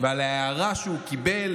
ועל ההארה שהוא קיבל,